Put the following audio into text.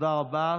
תודה רבה.